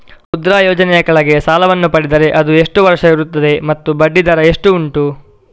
ಮುದ್ರಾ ಯೋಜನೆ ಯ ಕೆಳಗೆ ಸಾಲ ವನ್ನು ಪಡೆದರೆ ಅದು ಎಷ್ಟು ವರುಷ ಇರುತ್ತದೆ ಮತ್ತು ಬಡ್ಡಿ ದರ ಎಷ್ಟು ಉಂಟು?